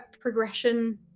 progression